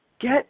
get